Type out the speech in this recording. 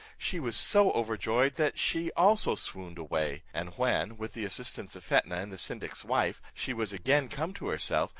she was so overjoyed, that she also swooned away, and when, with the assistance of fetnah and the syndic's wife, she was again come to herself,